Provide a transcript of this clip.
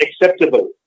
acceptable